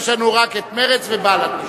יש לנו רק את מרצ ובל"ד עכשיו.